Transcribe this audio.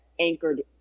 anchored